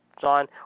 John